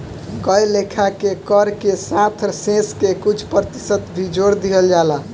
कए लेखा के कर के साथ शेष के कुछ प्रतिशत भी जोर दिहल जाला